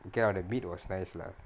okay lah the meat was nice lah